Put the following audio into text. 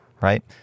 Right